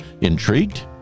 Intrigued